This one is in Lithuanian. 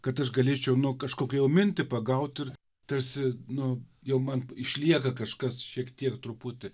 kad aš galėčiau nu kažkokią jau mintį pagaut ir tarsi nu jau man išlieka kažkas šiek tiek truputį